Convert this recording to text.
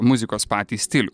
muzikos patį stilių